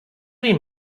been